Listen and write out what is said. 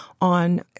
on